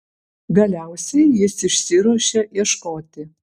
galiausiai jis išsiruošia ieškoti